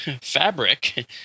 fabric